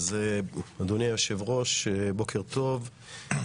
אדוני היושב-ראש, בוקר טוב.